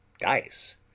dice